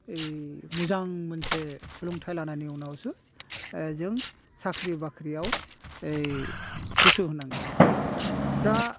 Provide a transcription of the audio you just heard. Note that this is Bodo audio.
ओइ मोजां मोनसे सोलोंथाइ लानायनि उनावसो एह जों साख्रि बाख्रियाव एइ गसो होनांगोन दा